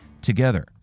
together